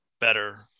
better